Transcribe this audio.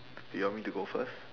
you want me to go first